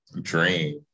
dream